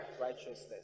righteousness